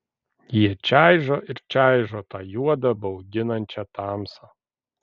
jie čaižo ir čaižo tą juodą bauginančią tamsą